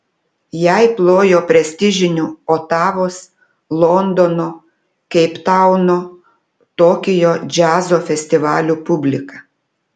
jai plojo prestižinių otavos londono keiptauno tokijo džiazo festivalių publika